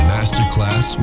Masterclass